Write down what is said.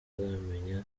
bataramenya